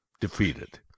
Defeated